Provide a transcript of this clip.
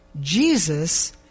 Jesus